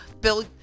bill